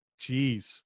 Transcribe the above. Jeez